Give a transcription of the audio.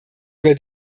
über